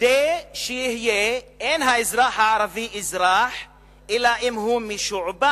כדי שיהיה: אין האזרח הערבי אזרח אלא אם כן הוא משועבד